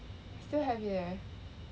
still have it leh